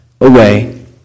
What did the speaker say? away